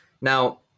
Now